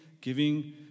giving